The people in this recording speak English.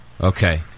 Okay